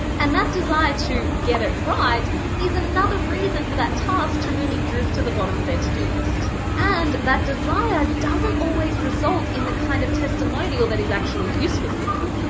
and that desire to get it right is another reason for that task to really drift to the bottom of their to-do list. and that desire doesn't always result in the kind of testimonial that is actually useful for you.